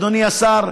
אדוני השר,